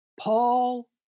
Paul